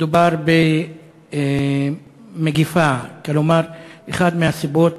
מדובר במגפה, כלומר אחת הסיבות